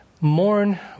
Mourn